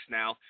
now